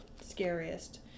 scariest